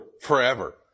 forever